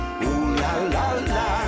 ooh-la-la-la